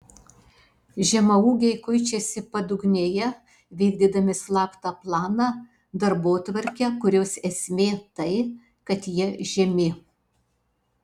žemaūgiai kuičiasi padugnėje vykdydami slaptą planą darbotvarkę kurios esmė tai kad jie žemi